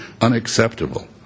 unacceptable